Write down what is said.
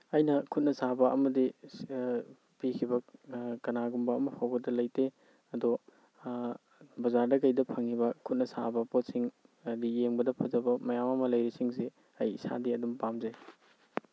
ꯑꯩꯅ ꯈꯨꯠꯅ ꯁꯥꯕ ꯑꯃꯗꯤ ꯄꯤꯈꯤꯕ ꯀꯅꯥꯒꯨꯝꯕ ꯑꯃ ꯐꯥꯎꯕꯗ ꯂꯩꯇꯦ ꯑꯗꯣ ꯕꯖꯥꯔꯗ ꯀꯩꯗ ꯐꯪꯉꯤꯕ ꯈꯨꯠꯅ ꯁꯥꯕ ꯄꯣꯠꯁꯤꯡ ꯍꯥꯏꯗꯤ ꯌꯦꯡꯕꯗ ꯐꯖꯕ ꯃꯌꯥꯝ ꯑꯃ ꯂꯩꯔꯤꯁꯤꯡꯁꯤ ꯑꯩ ꯏꯁꯥꯗꯤ ꯑꯗꯨꯝ ꯄꯥꯝꯖꯩ